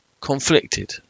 conflicted